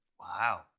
Wow